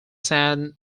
san